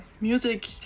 music